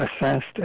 assessed